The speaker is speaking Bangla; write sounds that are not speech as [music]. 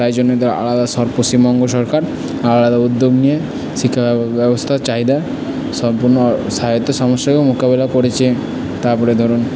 তাই জন্য এদের [unintelligible] পশ্চিমবঙ্গ সরকার আলাদা আলাদা উদ্যোগ নিয়ে শিক্ষা [unintelligible] ব্যবস্থার চাহিদা সম্পন্ন সাহায়ত্যের সমস্যাকেও মোকাবেলা করেছে তারপরে ধরুন